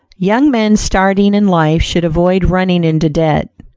young men starting in life should avoid running into debt.